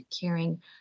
caring